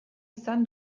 izan